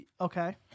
Okay